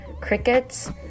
crickets